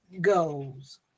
goes